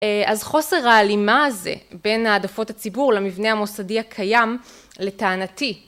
אז חוסר ההלימה הזה בין העדפות הציבור למבנה המוסדי הקיים לטענתי